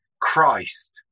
Christ